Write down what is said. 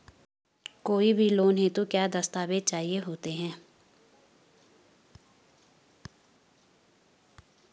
कोई भी लोन हेतु क्या दस्तावेज़ चाहिए होते हैं?